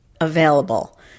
available